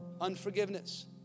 unforgiveness